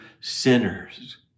sinners